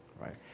right